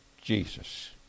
Jesus